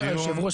היושב ראש,